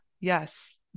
Yes